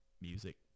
music